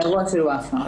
האירוע של וופא?